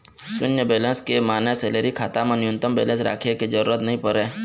सून्य बेलेंस के माने सेलरी खाता म न्यूनतम बेलेंस राखे के जरूरत नइ परय